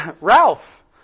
Ralph